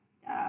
uh